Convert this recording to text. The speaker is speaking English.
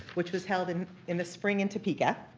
which was held in in the spring in topeka.